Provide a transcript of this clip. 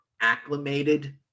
acclimated